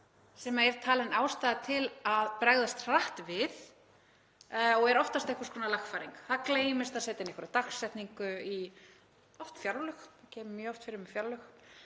sem er talin ástæða til að bregðast hratt við og eru oftast einhvers konar lagfæring, það gleymist að setja inn einhverja dagsetningu, oft í fjárlög, það kemur mjög oft fyrir með fjárlög,